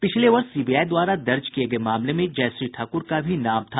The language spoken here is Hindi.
पिछले वर्ष सीबीआई द्वारा दर्ज किये गये मामले में जयश्री ठाकुर का भी नाम था